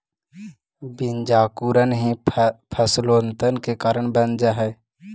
बीजांकुरण ही फसलोत्पादन के कारण बनऽ हइ